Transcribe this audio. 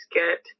get